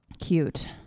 Cute